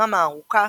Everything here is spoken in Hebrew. "הטלגרמה הארוכה"